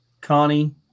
Connie